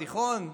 בתיכון,